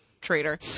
traitor